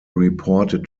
reported